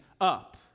up